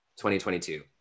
2022